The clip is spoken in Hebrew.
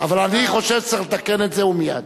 אבל אני חושב שצריך לתקן את זה תיכף ומייד.